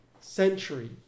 century